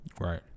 Right